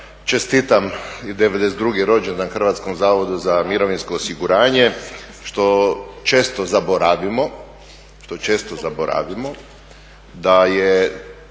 čestitam i 92. rođendan Hrvatskom zavodu za mirovinsko osiguranje što često zaboravimo da je